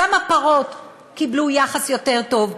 גם הפרות קיבלו יחס יותר טוב,